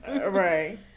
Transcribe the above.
Right